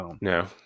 No